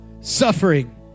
suffering